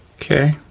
okay,